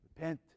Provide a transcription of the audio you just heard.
Repent